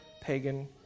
pagan